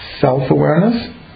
self-awareness